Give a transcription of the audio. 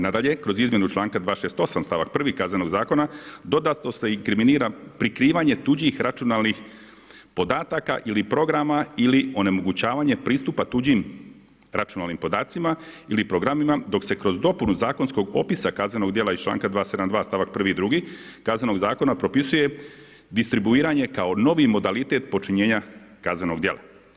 Nadalje, kroz izmjenu članka 268 stavak 1. K.Z. dodatno se inkriminira prikrivanje tuđih računalnih podataka ili programa ili onemogućavanje pristupa tuđim računalnim podacima ili programima, dok se kroz dopunu zakonskog opisa kaznenog djela iz članka 272. stavak 1. i 2. K.Z. propisuje distribuiranje kao novi modalitet počinjenja kaznenog djela.